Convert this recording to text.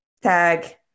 tag